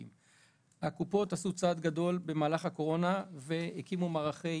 הקופות עשו צעד גדול במהלך הקורונה והקימו מערכי